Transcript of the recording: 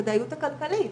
בכלל ברשימה של האנשים.